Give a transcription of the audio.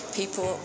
people